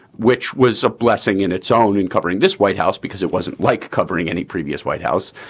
which was a blessing in its own in covering this white house because it wasn't like covering any previous white house.